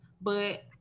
But-